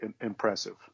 impressive